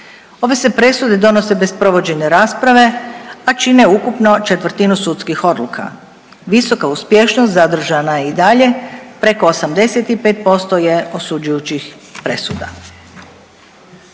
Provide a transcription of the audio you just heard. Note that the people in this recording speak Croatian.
Ove se presude donose bez provođenja rasprave, a čine ukupno četvrtinu sudskih odluka. Visoka uspješnost zadržana je i dalje, preko 85% je osuđujućih presuda.